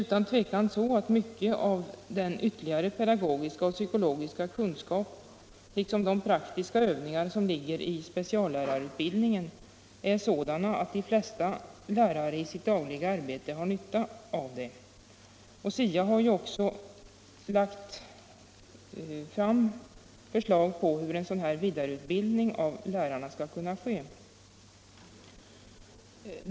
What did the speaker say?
Det är utan tvivel så att mycket av den ytterligare pedagogiska och psykologiska kunskap liksom den praktiska övning som speciallärarutbildningen ger är av sådan art att de flesta lärare i sitt dagliga arbete har nytta härav. SIA har också lagt fram förslag om hur en sådan här vidareutbildning av lärarna skall kunna ske.